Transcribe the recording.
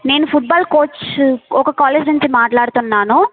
నేను football coach ఒక college నుంచి మాట్లాడుతున్నాను